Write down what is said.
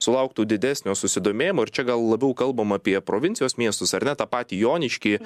sulauktų didesnio susidomėjimo ir čia gal labiau kalbam apie provincijos miestus ar ne tą patį joniškį